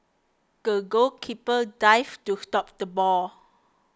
the goalkeeper dived to stop the ball